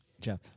Jeff